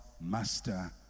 master